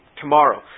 tomorrow